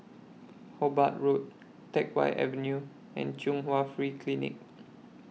Hobart Road Teck Whye Avenue and Chung Hwa Free Clinic